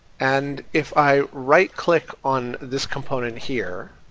and if i right click on this component here,